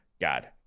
God